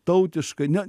tautiškai ne